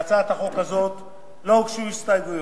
להצעת החוק הזאת לא הוגשו הסתייגויות.